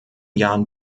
jahren